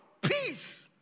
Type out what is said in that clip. Peace